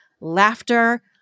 laughter